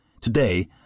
Today